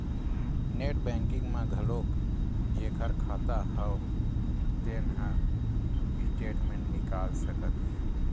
net banking म घलोक जेखर खाता हव तेन ह स्टेटमेंट निकाल सकत हे